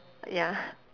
ya